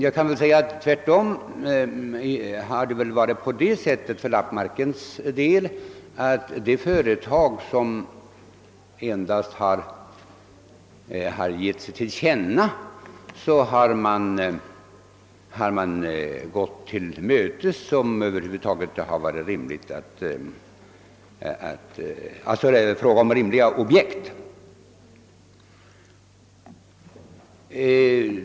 För lappmarkens del har man faktiskt varit mycket tillmötesgående härvidlag — stöd har lämnats så fort ett företag givit sig till känna, om det varit fråga om ett rimligt objekt.